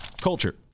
Culture